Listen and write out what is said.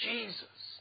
Jesus